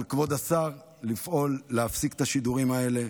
על כבוד השר לפעול להפסיק את השידורים האלה,